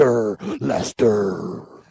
Leicester